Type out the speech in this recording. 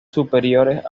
superiores